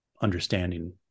understanding